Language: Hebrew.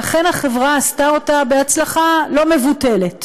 ואכן, החברה עשתה אותה בהצלחה לא מבוטלת.